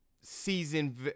season –